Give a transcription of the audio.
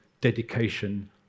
dedication